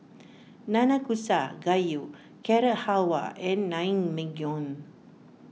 Nanakusa Gayu Carrot Halwa and Naengmyeon